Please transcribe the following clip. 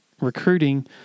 recruiting